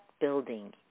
building